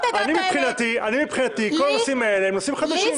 כל הנושאים האלה הם נושאים חדשים.